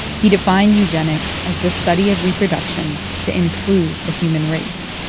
he defined eugenics as the study of reproduction to improve the human race.